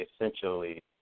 essentially